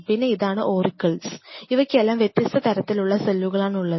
പിന്നെ ഇതാണ് ഓരിക്കൽസ് ഇവയ്ക്കെല്ലാം വ്യത്യസ്ത തരത്തിലുള്ള സെല്ലുകളാണുള്ളത്